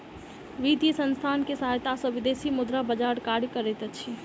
वित्तीय संसथान के सहायता सॅ विदेशी मुद्रा बजार कार्य करैत अछि